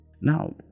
Now